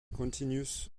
continuous